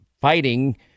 fighting